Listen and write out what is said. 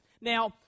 Now